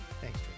Thanks